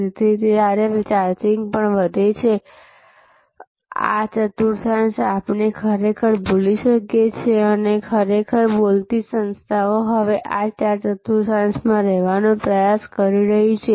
તેથી વધારે ચાર્જિંગ પણ છે આ ચતુર્થાંશ આપણે ખરેખર ભૂલી શકીએ છીએ અને ખરેખર બોલતી સંસ્થાઓ હવે આ ચાર ચતુર્થાંશમાં રહેવાનો પ્રયાસ કરી રહી છે